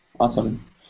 Awesome